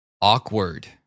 Awkward